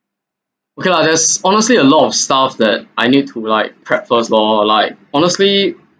okay lah there's honestly a lot of stuff that I need to like prep first lor like honestly